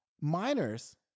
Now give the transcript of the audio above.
miners